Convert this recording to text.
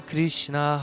Krishna